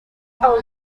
are